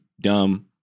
dumb